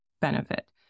benefit